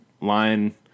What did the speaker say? line –